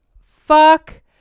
Fuck